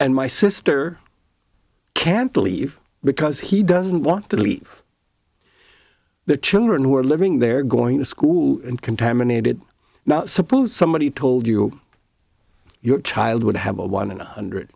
and my sister can't leave because he doesn't want to leave the children who are living there going to school and contaminated now suppose somebody told you your child would have a one in a hundred